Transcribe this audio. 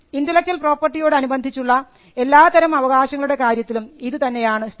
intellectual property യോടനുബന്ധിച്ചുള്ള എല്ലാതരം അവകാശങ്ങളുടെ കാര്യത്തിലും ഇതുതന്നെയാണ് സ്ഥിതി